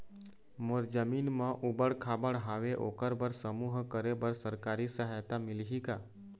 मोर जमीन म ऊबड़ खाबड़ हावे ओकर बर समूह करे बर सरकारी सहायता मिलही का?